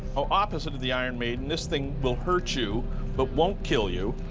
ah opposite of the iron maiden. this thing will hurt you but won't kill you.